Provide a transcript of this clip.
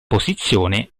posizione